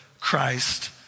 Christ